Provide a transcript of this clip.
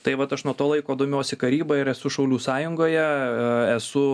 tai vat aš nuo to laiko domiuosi karyba ir esu šaulių sąjungoje esu